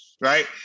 right